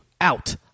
out